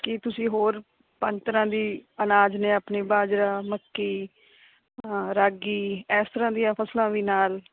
ਕੀ ਤੁਸੀਂ ਹੋਰ ਤੰਤਰਾਂ ਦੀ ਅਨਾਜ ਨੇ ਆਪਣੇ ਬਾਜਰਾ ਮੱਕੀ ਰਾਗੀ ਐਸ ਤਰ੍ਹਾਂ ਦੀਆਂ ਫ਼ਸਲਾਂ ਵੀ ਨਾਲ